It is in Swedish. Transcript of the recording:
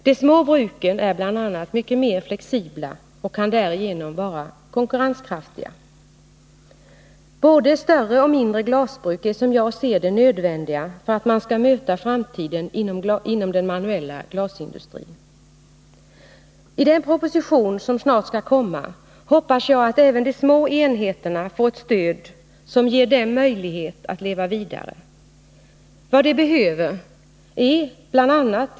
De små bruken är bl.a. mycket mer flexibla och kan därigenom vara konkurrenskraftiga. Både större och mindre glasbruk är, som jag ser det, nödvändiga för att möta framtiden inom den manuella glasindustrin. I den proposition som snart skall komma hoppas jag att även de små enheterna får ett stöd som ger dem möjlighet att leva vidare. Vad de behöver ärbl.a.